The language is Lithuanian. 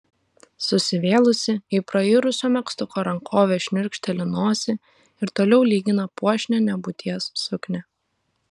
susivėlusi į prairusio megztuko rankovę šniurkšteli nosį ir toliau lygina puošnią nebūties suknią